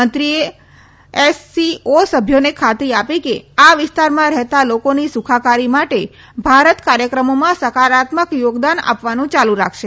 મંત્રીએ એસસીઓ સભ્યોને ખાતરી આપી કે આ વિસ્તારમાં રહેતા લોકોની સુખાકારી માટે ભારત કાર્યક્રમોમાં સકારાત્મક યોગદાન આપવાનું યાલુરાખશે